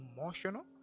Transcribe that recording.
emotional